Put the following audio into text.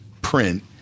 print